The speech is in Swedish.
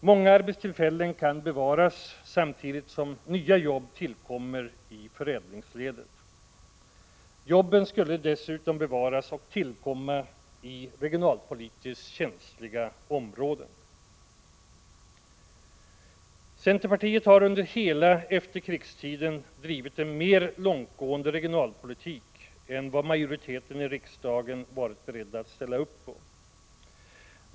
Många arbetstillfällen kan bevaras samtidigt som nya jobb tillkommer i lingsledet. Jobben skulle dessutom bevaras och tillkomma i regionalpolitiskt känsliga områden. Centerpartiet har under hela efterkrigstiden drivit en mer långtgående regionalpolitik än vad majoriteten i riksdagen varit beredd att ställa upp på.